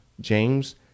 James